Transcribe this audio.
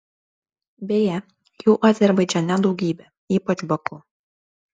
beje jų azerbaidžane daugybė ypač baku